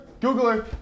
Googler